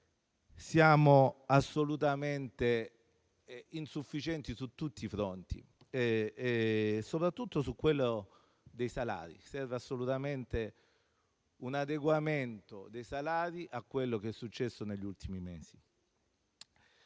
Siamo assolutamente insufficienti su tutti i fronti, soprattutto su quello dei salari. Serve assolutamente un adeguamento dei salari a quanto accaduto negli ultimi mesi.